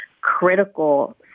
critical